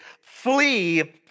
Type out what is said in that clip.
flee